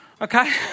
okay